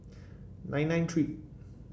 nine nine three